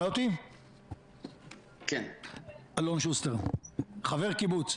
אני חבר קיבוץ.